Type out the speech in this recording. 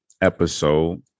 episode